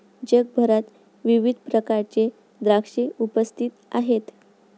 जगभरात विविध प्रकारचे द्राक्षे उपस्थित आहेत